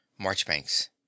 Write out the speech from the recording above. marchbanks